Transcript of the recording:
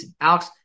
Alex